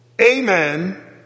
amen